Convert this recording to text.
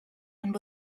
and